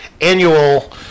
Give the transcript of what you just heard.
annual